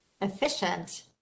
efficient